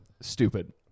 Stupid